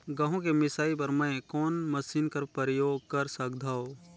गहूं के मिसाई बर मै कोन मशीन कर प्रयोग कर सकधव?